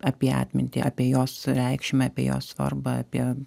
apie atmintį apie jos reikšmę apie jos svarbą apie